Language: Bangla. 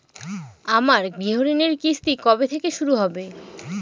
আমার গৃহঋণের কিস্তি কবে থেকে শুরু হবে?